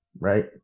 right